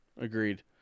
Agreed